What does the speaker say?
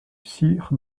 sire